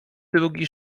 drugi